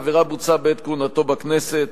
העבירה בוצעה בעת כהונתו בכנסת,